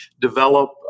develop